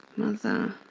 mother,